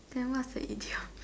then what's the idiom